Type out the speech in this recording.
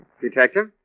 Detective